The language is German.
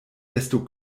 desto